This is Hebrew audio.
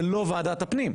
ולא ועדת הפנים.